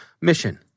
mission